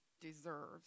deserves